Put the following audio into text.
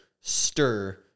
stir